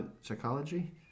psychology